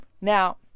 now